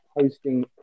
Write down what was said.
hosting